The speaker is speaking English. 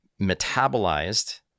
metabolized